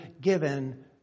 given